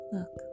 Look